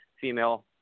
female